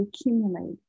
accumulate